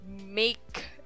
make